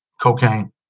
cocaine